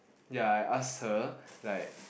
ya I asked her like